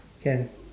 can